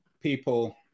people